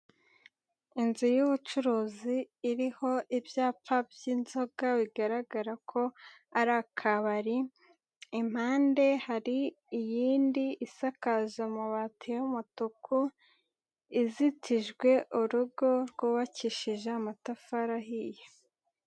Inzu y'ubucuruzi iriho ibyapa by'inzoga bigaragara ko ari akabari, impande hari iyindi isakaje amabati y'umutuku, izitijwe urugo rwubakishije amatafari ahiye.